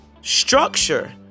structure